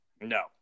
No